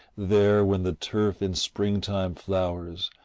there, when the turf in springtime flowers,